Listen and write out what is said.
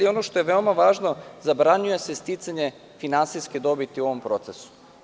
Ono što je veoma važno, zabranjuje se sticanje finansijske dobiti u ovom procesu.